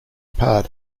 part